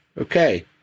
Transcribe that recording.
Okay